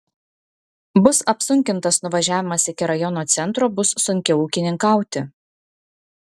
bus apsunkintas nuvažiavimas iki rajono centro bus sunkiau ūkininkauti